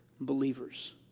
Believers